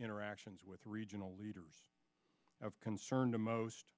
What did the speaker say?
interactions with regional leaders of concern to most